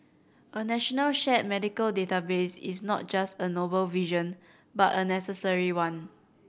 a national shared medical database is not just a noble vision but a necessary one